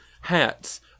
hats